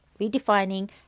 redefining